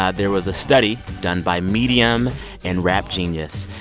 ah there was a study done by medium and rap genius.